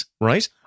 right